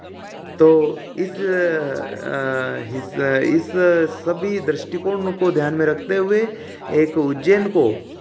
तो इस इस इस सभी दृष्टिकोण को ध्यान में रखते हुए एक उज्जैन को